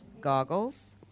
goggles